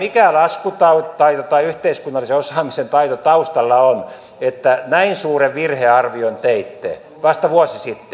mikä laskutaito tai yhteiskunnallisen osaamisen taito taustalla on että näin suuren virhearvion teitte vasta vuosi sitten